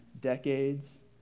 decades